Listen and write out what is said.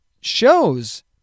shows